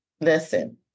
listen